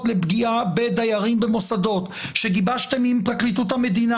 לפגיעה בדיירים במוסדות שגיבשתם עם פרקליטות המדינה,